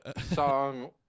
song